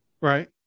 Right